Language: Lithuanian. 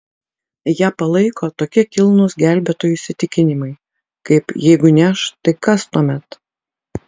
ją palaiko tokie kilnūs gelbėtojų įsitikinimai kaip jeigu ne aš tai kas tuomet